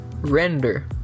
render